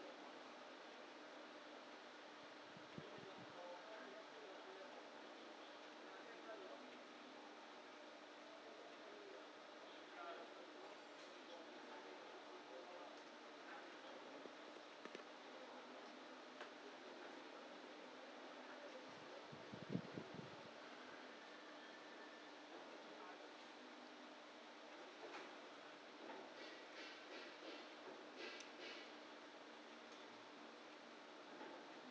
mm mm mm